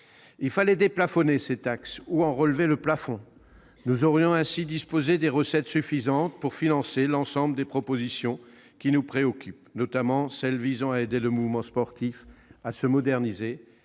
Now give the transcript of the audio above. fallu déplafonner ces taxes ou en relever le plafond. Nous aurions ainsi disposé des recettes suffisantes pour financer l'ensemble des sujets qui nous préoccupent, notamment les propositions qui contribuent à aider le mouvement sportif à se moderniser,